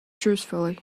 truthfully